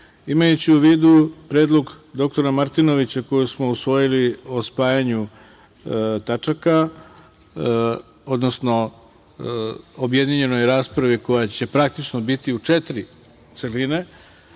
imajući u vidu predlog doktora Martinovića koji smo usvojili o spajanju tačaka, odnosno objedinjenoj raspravi koja će praktično biti u četiri celini,